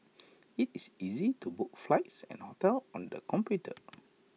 IT is easy to book flights and hotels on the computer